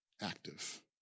active